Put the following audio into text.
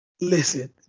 Listen